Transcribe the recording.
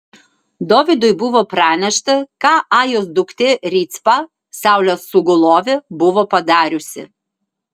dovydui buvo pranešta ką ajos duktė ricpa sauliaus sugulovė buvo padariusi